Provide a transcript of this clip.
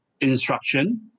instruction